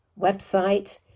website